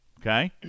Okay